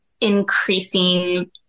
increasing